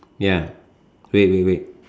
ya wait wait wait